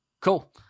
Cool